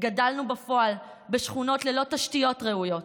גדלנו בפועל בשכונות ללא תשתיות ראויות,